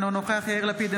אינו נוכח יאיר לפיד,